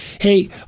hey